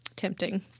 Tempting